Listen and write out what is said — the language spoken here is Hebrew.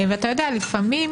אתה יודע, לפעמים